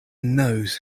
knows